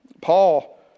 Paul